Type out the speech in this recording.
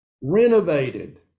renovated